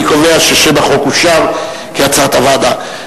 אני קובע ששם החוק אושר כהצעת הוועדה.